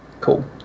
Cool